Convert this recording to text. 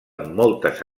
moltes